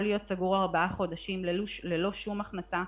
להיות סגור ארבעה חודשים ללא שום הכנסה,